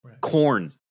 Corn